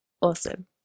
Awesome